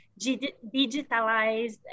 digitalized